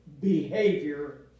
behavior